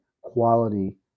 quality